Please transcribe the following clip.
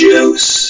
Juice